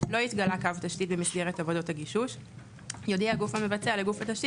לא התגלה קו תשתית במסגרת עבודות הגישוש - יודיע הגוף המבצע לגוף התשתית